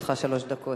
לרשותך שלוש דקות.